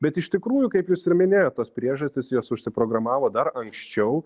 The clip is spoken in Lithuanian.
bet iš tikrųjų kaip jūs ir minėjot tos priežastys jos užsiprogramavo dar anksčiau